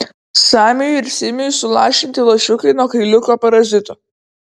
samiui ir simiui sulašinti lašiukai nuo kailiuko parazitų